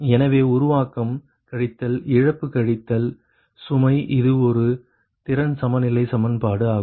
எனவே உருவாக்கம் கழித்தல் இழப்பு கழித்தல் சுமை இது ஒரு திறன் சமநிலை சமன்பாடு ஆகும்